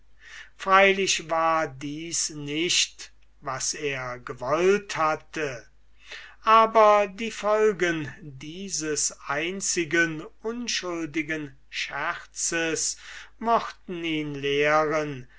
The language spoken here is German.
freilich war dies nicht was er gewollt hatte aber die folgen dieses einzigen unschuldigen scherzes mochten ihn lehren